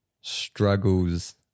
struggles